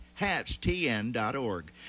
HATSTN.org